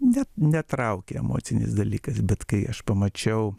net netraukia emocinis dalykas bet kai aš pamačiau